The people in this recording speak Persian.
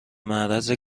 معرض